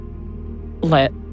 let